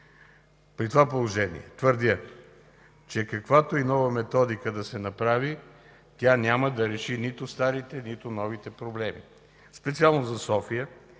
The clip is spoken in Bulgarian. При това положение твърдя, че каквато и нова методика да се направи, тя няма да реши нито старите, нито новите проблеми. Специално за София,